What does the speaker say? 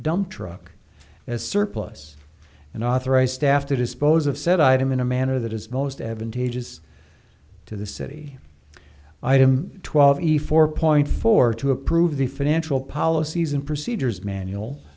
dump truck as surplus and authorized staff to dispose of said item in a manner that is most advantageous to the city item twelve efore point four to approve the financial policies and procedures manual